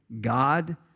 God